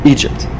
Egypt